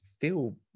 feel